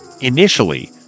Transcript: Initially